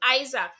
Isaac